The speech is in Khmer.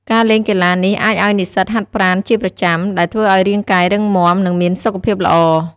ការលេងកីឡានេះអាចឱ្យនិស្សិតហាត់ប្រាណជាប្រចាំ ដែលធ្វើឱ្យរាងកាយរឹងមាំ និងមានសុខភាពល្អ។